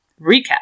Recap